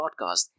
podcast